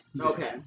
Okay